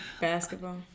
basketball